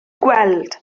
gweld